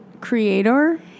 creator